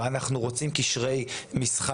לשר המדע